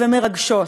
ומרגשות,